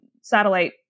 satellite